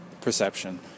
perception